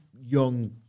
young